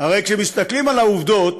הרי כשמתסכלים על העובדות,